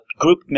group